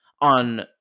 on